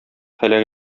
һәлак